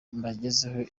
mbagezeho